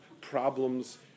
problems